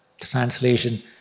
translation